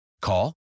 Call